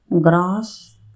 Grass